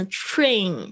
train